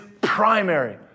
primary